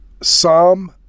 Psalm